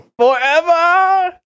Forever